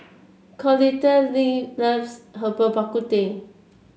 Clotilde loves Herbal Bak Ku Teh